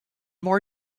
more